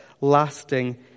lasting